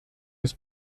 des